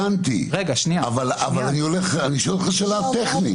הבנתי, אבל אני שואל אותך שאלה טכנית.